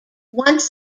once